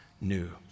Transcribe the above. new